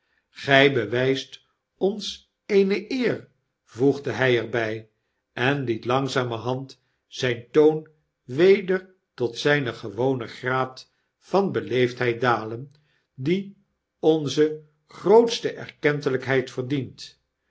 gg bewgst ons eene eer voegde hg er bij en liet langzamerhand zgn toon weder tot zgn gewonen graad van beleefdheid dalen die onze grootste erkentelgkheid verdient